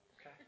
Okay